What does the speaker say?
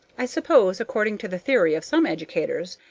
i suppose, according to the theory of some educators,